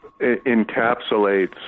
encapsulates